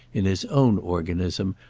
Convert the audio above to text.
in his own organism,